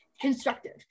constructive